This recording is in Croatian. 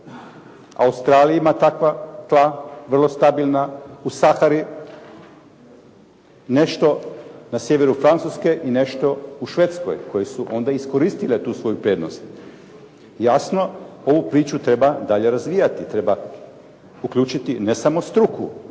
Australija ima takva tla vrlo stabilna, u Sahari, nešto na sjeveru Francuske i nešto u Švedskoj koje su onda iskoristile tu svoju prednost. Jasno ovu priču treba dalje razvijati, treba uključiti ne samo struku,